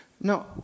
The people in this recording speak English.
no